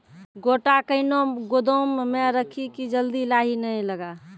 गोटा कैनो गोदाम मे रखी की जल्दी लाही नए लगा?